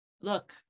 look